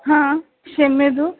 हा क्षम्यताम्